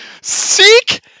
Seek